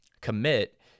commit